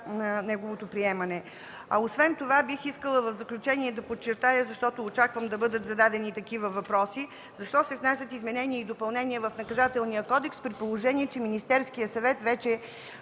за неговото приемане. Освен това бих искала в заключение да подчертая, защото очаквам да бъдат зададени такива въпроси, защо се внасят изменения и допълнения в Наказателния кодекс, при положение че Министерският съвет вече